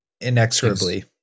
inexorably